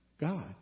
God